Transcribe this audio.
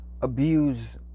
Abuse